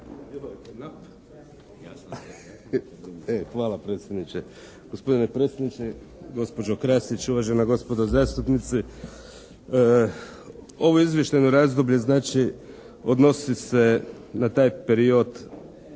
Damir (IDS)** Gospodine predsjedniče, gospođo Krasić, uvažena gospodo zastupnici! Ovo izvještajno razdoblje znači odnosi se na taj period